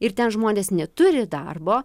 ir ten žmonės neturi darbo